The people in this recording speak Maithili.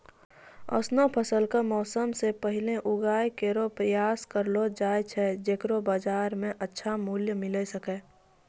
ऑसनो फसल क मौसम सें पहिने उगाय केरो प्रयास करलो जाय छै जेकरो बाजार म अच्छा मूल्य मिले सके